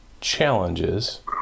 challenges